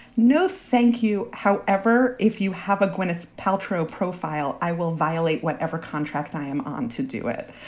no, thank you. however, if you have a gwyneth paltrow profile, i will violate whatever contract i am on to do it.